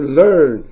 learn